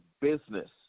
business